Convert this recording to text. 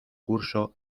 curso